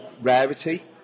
rarity